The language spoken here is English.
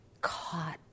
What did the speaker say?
caught